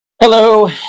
Hello